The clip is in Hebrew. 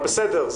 אבל בסדר,